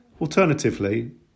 Alternatively